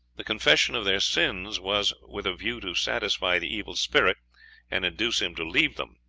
the confession of their sins was with a view to satisfy the evil spirit and induce him to leave them.